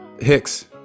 hicks